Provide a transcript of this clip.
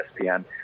ESPN